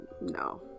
no